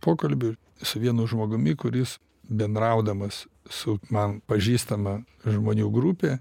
pokalbių su vienu žmogumi kuris bendraudamas su man pažįstama žmonių grupe